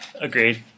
agreed